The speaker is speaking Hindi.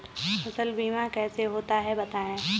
फसल बीमा कैसे होता है बताएँ?